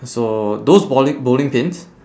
so those bowling bowling pins